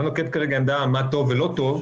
אני לא נוקט כרגע עמדה מה טוב ולא טוב,